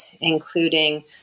including